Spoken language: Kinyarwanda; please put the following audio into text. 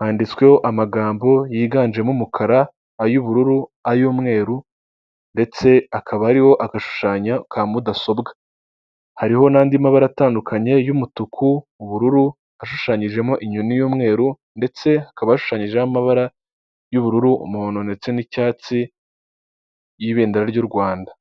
handitsweho amagambo yiganjemo umukara, ay'ubururu ay'umweru ndetse akaba ariho agashushanya ka mudasobwa, hariho n'andi mabara atandukanye y'umutuku, ubururu ashushanyijemo inyoni y'umweru ndetse hakaba ashushanyijeho amabara y'ubururu, umutuku umuhondo ndetse n'icyatsi y'ibendera ry'u Rwanda.